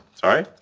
sorry?